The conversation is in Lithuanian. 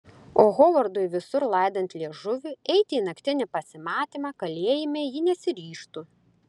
o hovardui visur laidant liežuvį eiti į naktinį pasimatymą kalėjime ji nesiryžtų